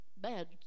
Bad